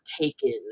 taken